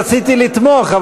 רציתי לתמוך,